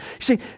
see